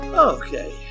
Okay